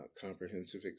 comprehensive